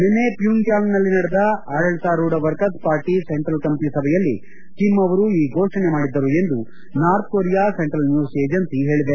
ನಿನೈ ಫ್ಯೂಂಗ್ ಯಾಂಗ್ನಲ್ಲಿ ನಡೆದ ಆಡಳಿತಾರೂಢ ವರ್ಕರ್ತ್ ಪಾರ್ಟ ಸೆಂಟ್ರಲ್ ಕಮಿಟಿ ಸಭೆಯಲ್ಲಿ ಕಿಮ್ ಅವರು ಈ ಫೋಷಣೆ ಮಾಡಿದ್ದರು ಎಂದು ನಾರ್ಥ್ ಕೊರಿಯಾ ಸೆಂಟ್ರಲ್ ನ್ನೂಸ್ ಏಷ್ನಾ ಹೇಳಿದೆ